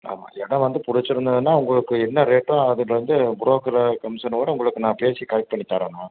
ஆமாம் இடம் வந்து பிடிச்சிருந்ததுனா உங்களுக்கு என்ன ரேட்டோ அது வந்து புரோக்கர் கமிஷன்னோட உங்களுக்கு நான் பேசி கரெக்ட் பண்ணி தரேன்ண்ணா